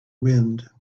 wind